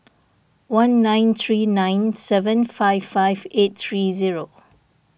one nine three nine seven five five eight three zero